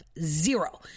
zero